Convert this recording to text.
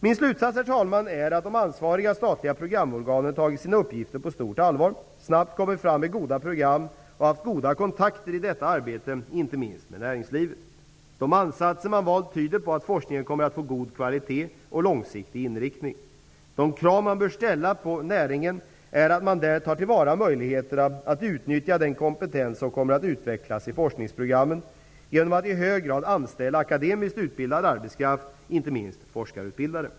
Min slutsats är att de ansvariga statliga programorganen tagit sina uppgifter på stort allvar, snabbt kommit fram med goda program och haft goda kontakter i detta arbete, inte minst med näringslivet. De ansatser man valt tyder på att forskningen kommer att få en god stabilitet och långsiktig inriktning. De krav som bör ställas på näringen är att man där tar till vara möjligheterna att utnyttja den kompetens som kommer att utvecklas i forskningsprogrammen, genom att i högre grad anställa akademiskt utbildad arbetskraft, inte minst forskarutbildade.